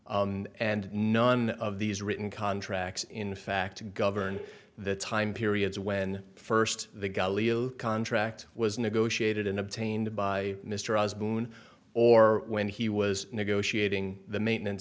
and none of these written contracts in fact to govern the time periods when first the galileo contract was negotiated in obtained by mr osborne or when he was negotiating the maintenance